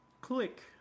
click